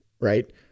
right